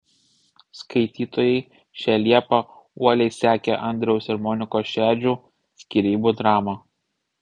skaitytojai šią liepą uoliai sekė andriaus ir monikos šedžių skyrybų dramą